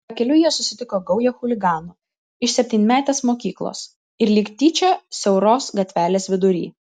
pakeliui jie susitiko gaują chuliganų iš septynmetės mokyklos ir lyg tyčia siauros gatvelės vidury